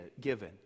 given